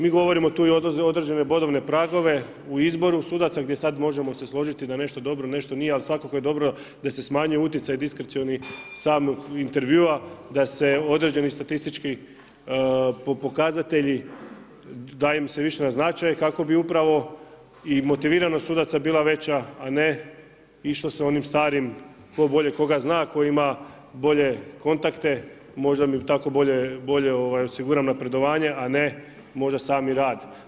Mi govorimo tu i o određenim bodovnim pragovima u izboru sudaca gdje sad možemo se složiti da je nešto dobro, nešto nije, ali svakako je dobro da se smanjuje utjecaj diskrecioni samih intervjua da se određeni statistički pokazatelji daje im se više na značaj, kako bi upravo i motiviranost sudaca bila veća, a ne išla sa onim starim tko bolje koga zna, tko ima bolje kontakte, možda bi tako bolje osigurali napredovanje, a ne možda sami rad.